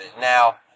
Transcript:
Now